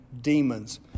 demons